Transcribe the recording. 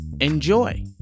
enjoy